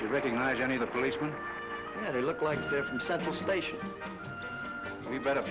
you recognize any of the police when they look like they're from central station we better